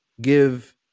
give